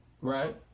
right